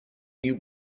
new